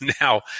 now